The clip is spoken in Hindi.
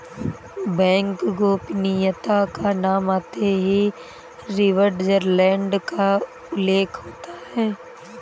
बैंक गोपनीयता का नाम आते ही स्विटजरलैण्ड का उल्लेख होता हैं